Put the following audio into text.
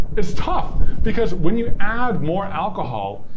it's tough because, when you add more alcohol,